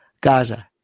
Gaza